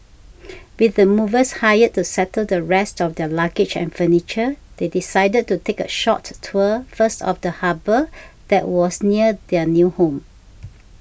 with the movers hired to settle the rest of their luggage and furniture they decided to take a short tour first of the harbour that was near their new home